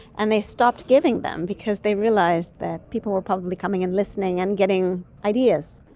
and they stopped giving them because they realised that people were probably coming and listening and getting ideas.